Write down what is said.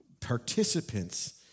participants